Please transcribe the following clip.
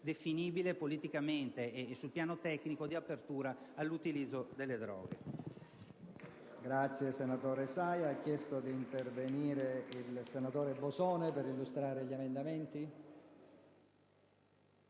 definibile politicamente e sul piano tecnico come apertura all'utilizzo delle droghe.